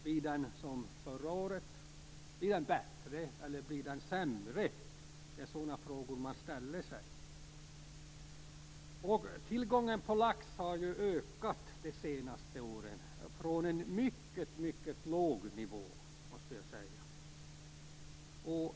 Blir den som förra året, blir den bättre eller blir den sämre? Det är sådana frågor man ställer sig. Tillgången på lax har ökat de senaste åren - från en mycket, mycket låg nivå, måste jag säga.